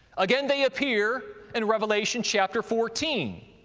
again they appear in revelation, chapter fourteen,